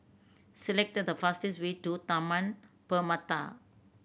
select the fastest way to Taman Permata